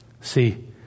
See